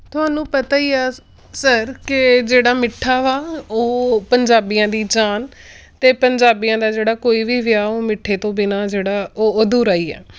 ਤੁਹਾਨੂੰ ਪਤਾ ਹੀ ਆ ਸਰ ਕਿ ਜਿਹੜਾ ਮਿੱਠਾ ਵਾ ਉਹ ਪੰਜਾਬੀਆਂ ਦੀ ਜਾਨ ਅਤੇ ਪੰਜਾਬੀਆਂ ਦਾ ਜਿਹੜਾ ਕੋਈ ਵੀ ਵਿਆਹ ਉਹ ਮਿੱਠੇ ਤੋਂ ਬਿਨਾ ਜਿਹੜਾ ਉਹ ਅਧੂਰਾ ਹੀ ਆ